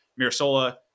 Mirasola